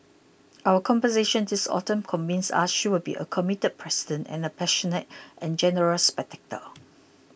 our conversations this autumn convince us she will be a committed president and a passionate and generous spectator